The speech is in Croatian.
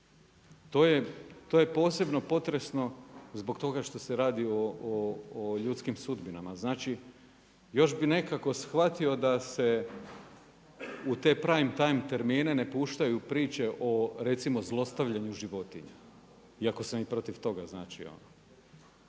To je posebno potresno zbog toga što se radi o ljudskim sudbinama, znači, još bi nekako shvatio da se u te prime time termine ne puštaju priče o recimo, zlostavljanju životinja, iako sam i protiv toga, znači.